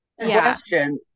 Question